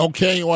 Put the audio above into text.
Okay